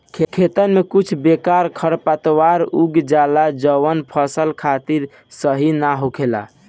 खेतन में कुछ बेकार खरपतवार उग जाला जवन फसल खातिर सही ना होखेला